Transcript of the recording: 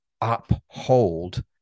uphold